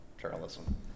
journalism